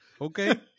Okay